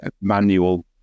manual